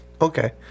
okay